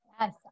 yes